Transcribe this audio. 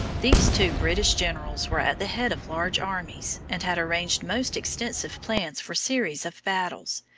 these two british generals were at the head of large armies, and had arranged most extensive plans for series of battles,